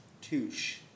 Touche